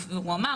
הוא אמר,